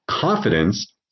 confidence